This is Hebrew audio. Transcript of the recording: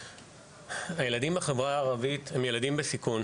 הילדים בחברה הערבית הם ילדים בסיכון,